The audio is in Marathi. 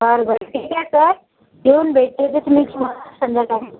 बरं बरं ठीक आहे सर येऊन भेटते मी तुम्हाला संध्याकाळी